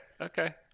Okay